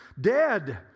dead